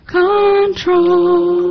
control